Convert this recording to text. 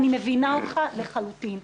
אני מבינה אותך לחלוטין.